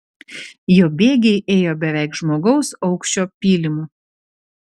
jo bėgiai ėjo beveik žmogaus aukščio pylimu